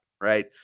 right